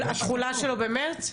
התחולה שלו במרץ?